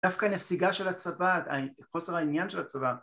דווקא הנסיגה של הצבא עדיין וחוסר העניין של הצבא